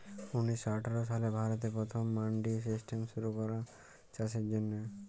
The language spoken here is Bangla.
উনিশ শ আঠাশ সালে ভারতে পথম মাল্ডি সিস্টেম শুরু ক্যরা চাষের জ্যনহে